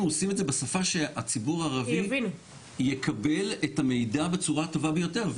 אנחנו עושים את זה בשפה שהציבור הערבי יקבל את המידע בצורה הטובה ביותר.